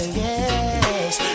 yes